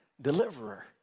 deliverer